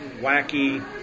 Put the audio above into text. wacky